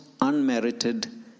unmerited